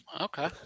okay